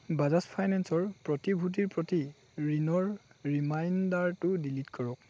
বাজাজ ফাইনেন্সৰ প্ৰতিভূতিৰ প্ৰতি ঋণৰ ৰিমাইণ্ডাৰটো ডিলিট কৰক